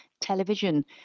television